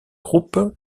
groupes